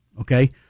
Okay